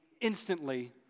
instantly